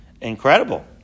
Incredible